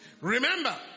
Remember